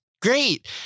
Great